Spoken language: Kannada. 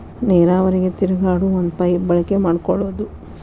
ನೇರಾವರಿಗೆ ತಿರುಗಾಡು ಒಂದ ಪೈಪ ಬಳಕೆ ಮಾಡಕೊಳುದು